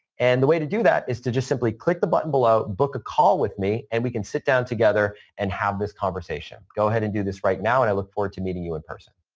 and the way to do that is to just simply click the button below, book a call with me, and we can sit down together and have this conversation. go ahead and do this right now. i look forward to meeting you in person.